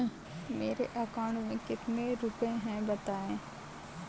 मेरे bank account में कितने रुपए हैं बताएँ?